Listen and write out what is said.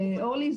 אורלי,